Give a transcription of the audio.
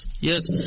yes